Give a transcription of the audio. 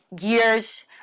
years